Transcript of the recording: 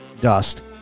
dust